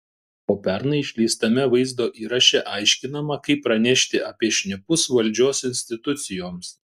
o pernai išleistame vaizdo įraše aiškinama kaip pranešti apie šnipus valdžios institucijoms